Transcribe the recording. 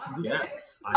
Yes